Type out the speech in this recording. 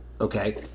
Okay